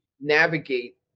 navigate